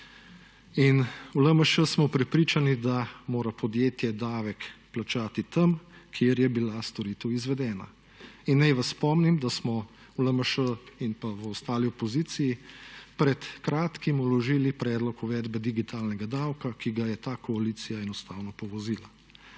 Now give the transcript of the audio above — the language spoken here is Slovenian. In v LMŠ smo prepričani, da mora podjetje davek plačati tam, kjer je bila storitev izvedena. In naj vas spomnim, da smo v LMŠ in pa v ostali opoziciji pred kratkim vložili predlog uvedbe digitalnega davka, ki ga je ta koalicija enostavno povozila.